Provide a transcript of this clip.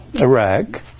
Iraq